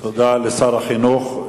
תודה לשר החינוך.